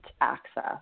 access